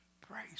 Praise